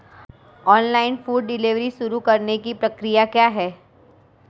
Online food delivery शुरू करने की प्रक्रिया क्या है?